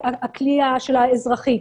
האזרחי,